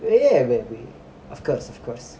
ya ya baby of course of course